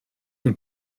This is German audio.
und